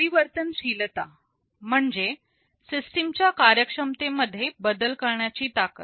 परिवर्तनशीलता म्हणजे सिस्टिमच्या कार्यक्षमते मध्ये बदल करण्याची ताकद